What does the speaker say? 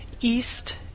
EAST